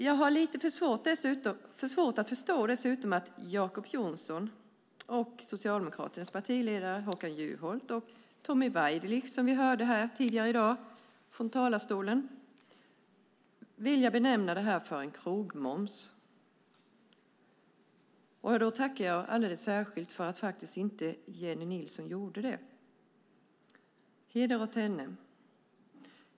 Jag har dessutom lite svårt att förstå att Jacob Johnson, Socialdemokraternas partiledare Håkan Juholt och Tommy Waidelich, som vi hörde tidigare i dag från talarstolen, vill benämna detta "krogmoms". Jag tackar därför särskilt för att Jennie Nilsson inte gjorde det - heder åt henne.